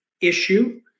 issue